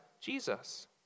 Jesus